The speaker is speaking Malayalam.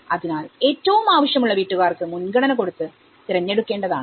അതിനാൽ ഏറ്റവും ആവശ്യമുള്ള വീട്ടുകാർക്ക് മുൻഗണന കൊടുത്ത് തിരഞ്ഞെടുക്കേണ്ടതാണ്